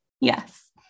Yes